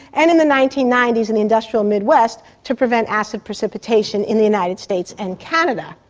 and in the nineteen ninety s in the industrial mid west to prevent acid precipitation in the united states and canada.